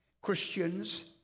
Christians